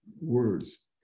words